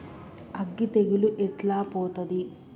అగ్గి తెగులు ఎట్లా పోతది?